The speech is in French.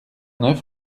neuf